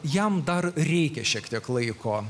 jam dar reikia šiek tiek laiko